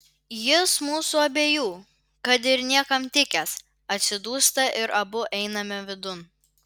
jis mūsų abiejų kad ir niekam tikęs atsidūsta ir abu einame vidun